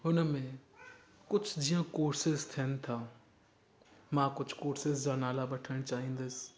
हुन में कुझु जीअं कोर्सिस थियनि था मां कुझु कोर्सिस जा नाला वठणु चाहींदुसि